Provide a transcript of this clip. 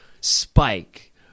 Spike